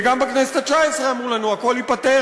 וגם בכנסת התשע-עשרה אמרו לנו: הכול ייפתר,